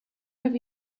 over